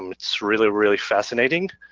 um it's really, really fascinating.